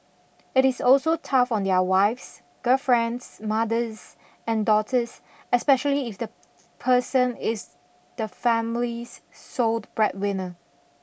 it is also tough on their wives girlfriends mothers and daughters especially if the person is the family's soled breadwinner